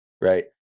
right